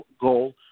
goal